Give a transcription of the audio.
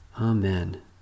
Amen